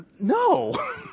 no